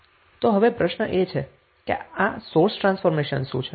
તો હવે પ્રશ્ન એ છે કે આ સોર્સ ટ્રાન્સ્ફોર્મેશન શું છે